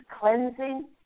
cleansing